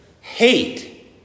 Hate